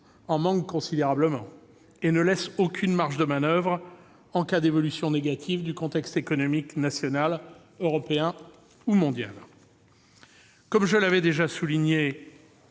en manque considérablement. Il ne laisse aucune marge de manoeuvre en cas d'évolution négative du contexte économique national, européen ou mondial. Comme je l'ai déjà souligné,